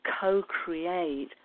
co-create